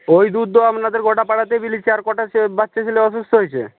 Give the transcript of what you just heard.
ওই দুধ তো আপনাদের গোটা পাড়াতে বিলিয়েছি আর কটা বাচ্চা ছেলে অসুস্থ হয়েছে